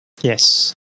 Yes